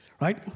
Right